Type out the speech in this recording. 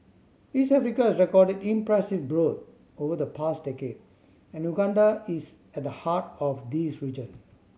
East Africa has recorded impressive growth over the past decade and Uganda is at the heart of this region